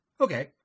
Okay